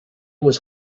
was